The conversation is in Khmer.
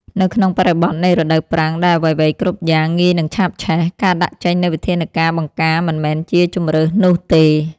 នៅក្នុងបរិបទនៃរដូវប្រាំងដែលអ្វីៗគ្រប់យ៉ាងងាយនឹងឆាបឆេះ ការដាក់ចេញនូវវិធានការបង្ការមិនមែនជាជម្រើសនោះទេ។